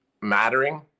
mattering